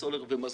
סולר ומזוט.